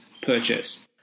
purchase